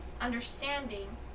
understanding